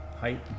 height